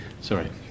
Sorry